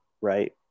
right